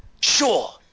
Sure